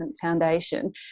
Foundation